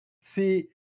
see